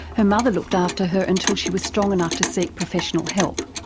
her mother looked after her until she was strong enough to seek professional help.